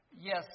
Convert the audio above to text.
yes